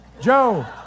Joe